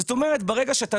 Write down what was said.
זאת אומרת, ברגע שאתה